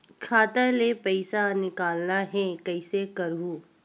खाता ले पईसा निकालना हे, कइसे करहूं?